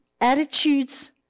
attitudes